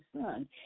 Son